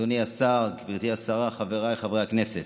אדוני השר, גברתי השרה, חבריי חברי הכנסת,